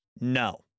No